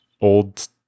old